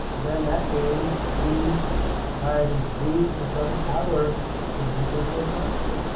then that means p times v to some power is equal to a constant.